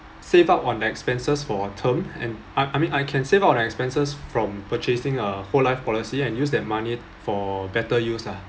save up on expenses for term and I I mean I can save on expenses from purchasing a whole life policy and use that money for better use ah